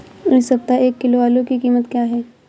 इस सप्ताह एक किलो आलू की कीमत क्या है?